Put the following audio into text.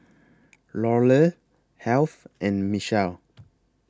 Lorelei Heath and Michal